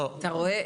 לא.